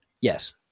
yes